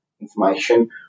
information